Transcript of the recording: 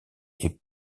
est